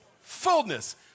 fullness